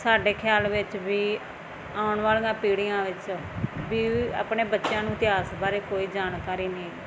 ਸਾਡੇ ਖਿਆਲ ਵਿੱਚ ਵੀ ਆਉਣ ਵਾਲੀਆਂ ਪੀੜ੍ਹੀਆਂ ਵਿੱਚ ਵੀ ਆਪਣੇ ਬੱਚਿਆਂ ਨੂੰ ਇਤਿਹਾਸ ਬਾਰੇ ਕੋਈ ਜਾਣਕਾਰੀ ਨਹੀਂ